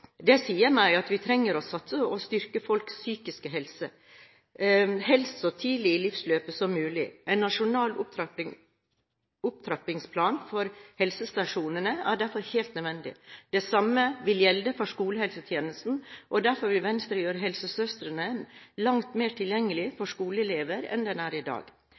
Det sier meg at vi trenger å satse på å styrke folks psykiske helse, helst så tidlig i livsløpet som mulig. En nasjonal opptrappingsplan for helsestasjonene er derfor helt nødvendig. Det samme vil gjelde for skolehelsetjenesten, og derfor vil Venstre gjøre helsesøstrene langt mer tilgjengelige for skoleelever enn de er i dag.